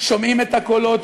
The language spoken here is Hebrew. שומעים את הקולות,